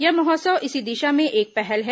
यह महोत्सव इसी दिशा में एक पहल है